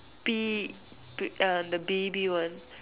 P uh the baby one